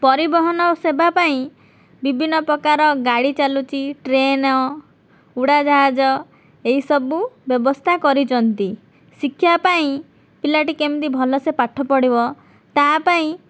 ପରିବହନ ସେବା ପାଇଁ ବିଭିନ୍ନ ପ୍ରକାରର ଗାଡ଼ି ଚାଲୁଛି ଟ୍ରେନ୍ ଉଡ଼ାଜାହାଜ ଏହି ସବୁ ବ୍ୟବସ୍ଥା କରିଛନ୍ତି ଶିକ୍ଷା ପାଇଁ ପିଲାଟି କେମିତି ଭଲସେ ପାଠ ପଢ଼ିବ ତା' ପାଇଁ